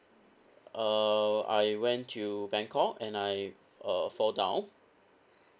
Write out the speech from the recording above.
uh I went to bangkok and I uh fall down